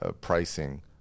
pricing